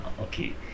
Okay।